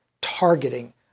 targeting